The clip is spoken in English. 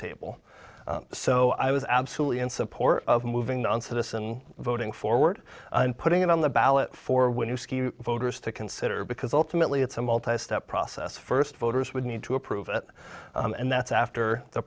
table so i was absolutely in support of moving noncitizen voting forward and putting it on the ballot for when you see voters to consider because ultimately it's a multi step process first voters would need to approve it and that's after the